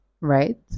right